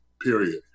period